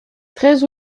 treize